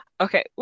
okay